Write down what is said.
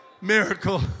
Miracle